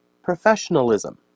professionalism